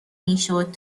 میشد